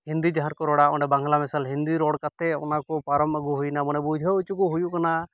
ᱦᱤᱱᱫᱤ ᱡᱟᱸᱦᱟᱨᱮ ᱠᱚ ᱨᱚᱲᱟ ᱚᱸᱰᱮ ᱵᱟᱝᱞᱟ ᱢᱮᱥᱟᱞ ᱦᱤᱱᱫᱤ ᱨᱚᱲ ᱠᱟᱛᱮ ᱚᱱᱟᱠᱚ ᱯᱟᱨᱚᱢ ᱟᱹᱜᱩ ᱦᱩᱭᱮᱱᱟ ᱢᱟᱱᱮ ᱵᱩᱡᱷᱟᱹᱣ ᱚᱪᱚᱠᱚ ᱦᱩᱭᱩᱜ ᱠᱟᱱᱟ